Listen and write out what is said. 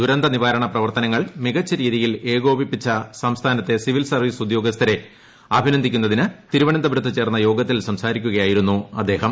ദുരന്ത നിവാരണ പ്രവർത്തനങ്ങൾ മികച്ച രീതിയിൽ ഏകോപിപ്പിച്ച സംസ്ഥാനത്തെ സിവിൽ സർവീസ് ഉദ്യോഗസ്ഥരെ അഭിനന്ദിക്കുന്നതിന് തിരുവനന്തപുരത്ത് ചേർന്ന യോഗത്തിൽ സംസാരിക്കുകയായിരുന്നു അദ്ദേഹം